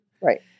Right